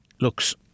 looks